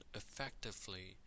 effectively